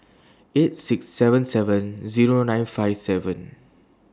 eight six seven seven Zero nine five seven